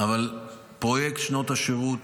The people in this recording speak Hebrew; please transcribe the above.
אבל פרויקט שנות השירות,